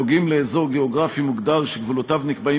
הנוגעים לאזור גיאוגרפי מוגדר שגבולותיו נקבעים